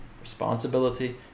Responsibility